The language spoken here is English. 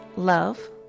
Love